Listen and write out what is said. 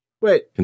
Wait